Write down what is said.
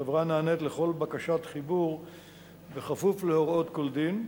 החברה נענית לכל בקשת חיבור בכפוף להוראות כל דין,